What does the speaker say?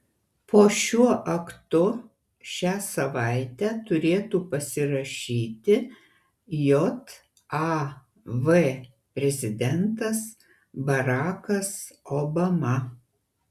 po šiuo aktu šią savaitę turėtų pasirašyti jav prezidentas barakas obama